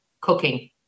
cooking